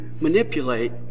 manipulate